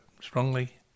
strongly